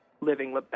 living